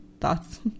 thoughts